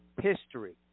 history